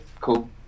cool